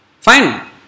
Fine